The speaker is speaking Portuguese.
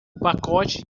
pacote